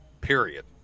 Period